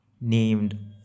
Named